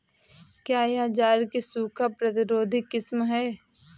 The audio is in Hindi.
क्या यह ज्वार की सूखा प्रतिरोधी किस्म है?